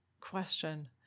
question